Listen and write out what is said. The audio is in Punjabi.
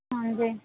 ਹਾਂਜੀ